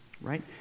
right